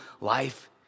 life